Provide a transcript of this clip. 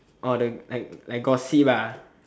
oh the like like gossip ah